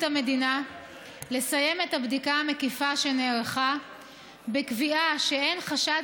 המדינה לסיים את הבדיקה המקיפה שנערכה בקביעה שאין חשד